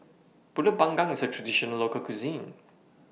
Pulut Panggang IS A Traditional Local Cuisine